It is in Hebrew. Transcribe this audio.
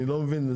אני לא מבין.